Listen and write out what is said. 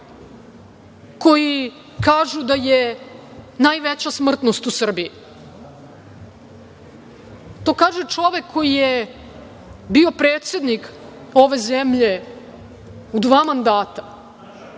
koji kažu da je najveća smrtnost u Srbiji? To kaže čovek koji je bio predsednik ove zemlje u dva mandata.